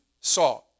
saw